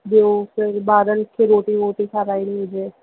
ॿियो त ॿारनि खे रोटी वोटी खाराइणी हुजे